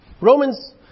Romans